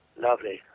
lovely